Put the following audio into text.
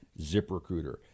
ZipRecruiter